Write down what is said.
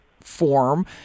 form